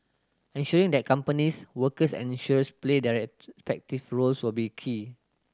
ensuring that companies workers and insurers play their roles will be key